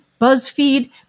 BuzzFeed